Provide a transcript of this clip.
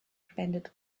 spendet